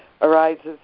arises